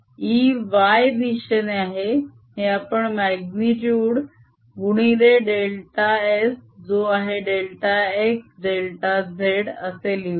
E y दिशेने आहे हे आपण माग्नितुड गुणिले डेल्टा s जो आहे डेल्टा x डेल्टा z असे लिहूया